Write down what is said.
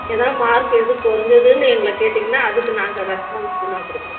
எதுனா மார்க் எதுவும் குறைஞ்சிதுன்னு எங்களை கேட்டீங்கன்னா அதுக்கு நாங்கள் ரெஸ்பான்ஸ் வேணால் கொடுக்குறோம்